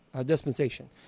dispensation